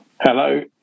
Hello